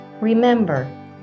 Remember